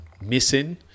missing